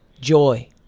joy